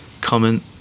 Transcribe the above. comment